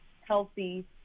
healthy